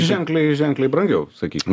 ženkliai ženkliai brangiau sakykim